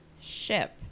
Ship